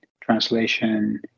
translation